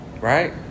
Right